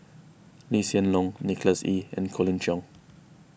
Lee Hsien Loong Nicholas Ee and Colin Cheong